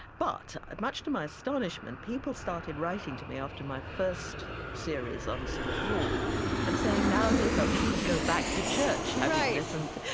but, much to my astonishment, people started writing to me after my first series on saint paul and saying now they felt they could go back to church, having listened.